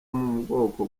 mubwoko